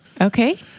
Okay